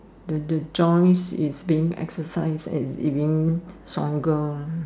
the the joints is being exercise and is being stronger